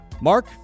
Mark